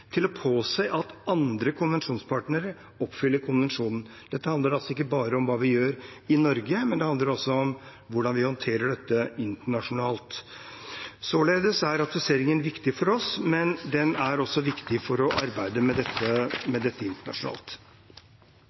til å påse at andre konvensjonspartnere oppfyller konvensjonen. Dette handler altså ikke bare om hva vi gjør i Norge, men også om hvordan vi håndterer dette internasjonalt. Således er ratifiseringen viktig for oss, men den er også viktig for å arbeide med dette